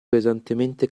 pesantemente